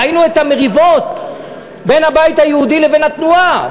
ראינו את המריבות בין הבית היהודי לבין התנועה,